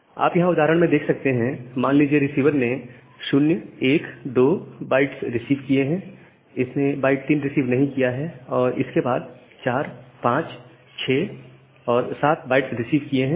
यहां आप यह उदाहरण देख सकते हैं मान लीजिए रिसीवर ने 0 1 2 बाइट्स रिसीव किए हैं इसने बाइट 3 रिसीव नहीं किया है और इसके बाद 456 7 बाइट्स रिसीव किए हैं